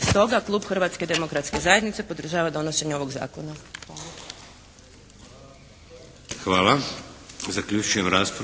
Stoga, klub Hrvatske demokratske zajednice podržava donošenje ovog zakona.